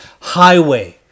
highway